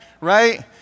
right